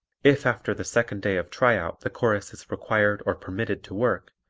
if after the second day of tryout the chorus is required or permitted to work,